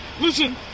listen